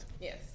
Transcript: Yes